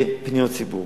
לפניות ציבור